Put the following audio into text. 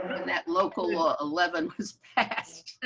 that local ah eleven has passed.